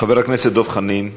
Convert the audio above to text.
חבר הכנסת דב חנין,